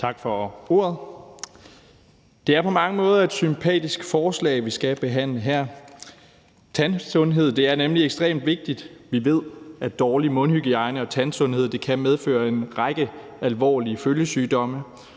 Tak for ordet. Det er på mange måder et sympatisk forslag, vi skal behandle her. Tandsundhed er nemlig ekstremt vigtigt. Vi ved, at dårlig mundhygiejne og dårlig tandsundhed kan medføre en række alvorlige følgesygdomme,